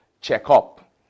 checkup